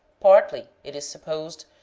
partly, it is supposed,